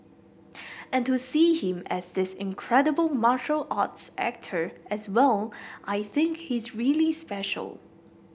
and to see him as this incredible martial arts actor as well I think he's really special